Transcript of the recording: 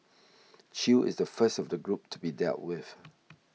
chew is the first of the group to be dealt with